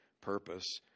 purpose